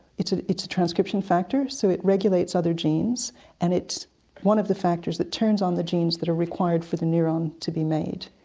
it's ah it's a transcription factor, so it regulates other genes and it's one of the factors that turns on the genes that are required for the neuron to be made,